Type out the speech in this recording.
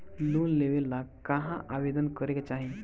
Loan लेवे ला कहाँ आवेदन करे के चाही?